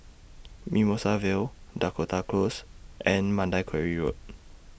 Mimosa Vale Dakota Close and Mandai Quarry Road